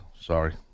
Sorry